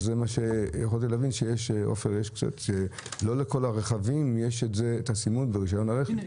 יכולתי להבין שלא לכל הרכבים יש את הסימון ברישיון הרכב.